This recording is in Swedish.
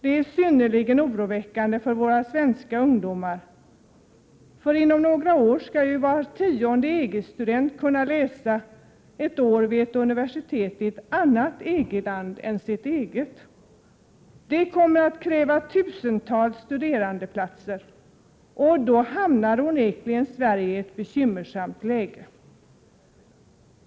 Detta är synnerligen oroväckande för våra svenska ungdomar, då inom några få år var tionde EG-student skall kunna läsa ett år vid ett universitet i ett annat EG-land än sitt eget. För detta kommer att krävas tusentals platser för utbytesstudenter, och då hamnar onekligen Sverige i ett bekymmersamt läge.